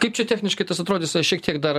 kaip čia techniškai tas atrodys šiek tiek dar